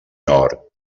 hort